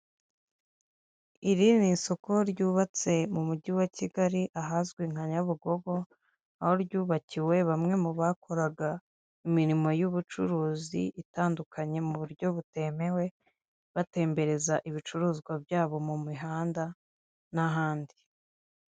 Iri ni isoko ryubatse mu mujyi wa Kigali ahazwi nka Nyabugogo, aho ryubakiwe bamwe mu bakoraga imirimo y'ubucuruzi itandukanye mu buryo butemewe batembereza ibicuruzwa byabo mu mihanda n'ahandi.